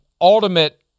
ultimate